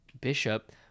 bishop